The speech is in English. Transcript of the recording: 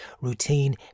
routine